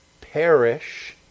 perish